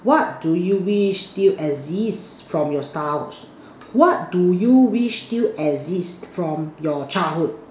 what do you wish still exist from your start wish what do you wish still exist from your childhood